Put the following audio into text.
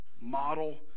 model